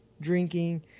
drinking